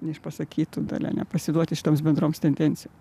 neišpasakytų dalia nepasiduoti šitoms bendroms tendencijom